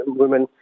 women